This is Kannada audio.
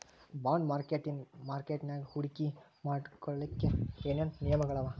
ಬಾಂಡ್ ಮಾರ್ಕೆಟಿನ್ ಮಾರ್ಕಟ್ಯಾಗ ಹೂಡ್ಕಿ ಮಾಡ್ಲೊಕ್ಕೆ ಏನೇನ್ ನಿಯಮಗಳವ?